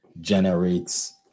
generates